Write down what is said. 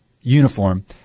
uniform